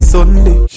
Sunday